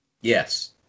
yes